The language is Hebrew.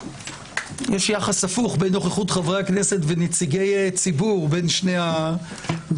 יש יחס הפוך בנוכחות חברי הכנסת ונציגי ציבור בין שני הדיונים.